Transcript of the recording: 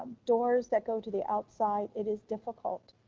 doors that go to the outside, it is difficult.